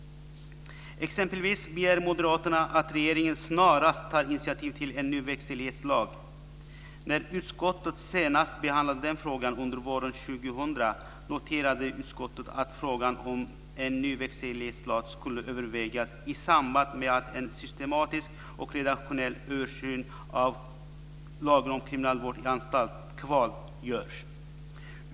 Exempelvis begär Moderaterna att regeringen snarast tar initiativ till en ny verkställighetslag. När utskottet senast behandlade den frågan under våren 2000 noterade utskottet att frågan om en ny verkställighetslag skulle övervägas i samband med att en systematisk och redaktionell översyn av lagen om kriminalvård i anstalt, KvaL, görs.